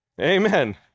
Amen